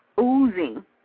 oozing